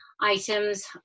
items